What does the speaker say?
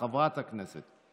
חברת הכנסת,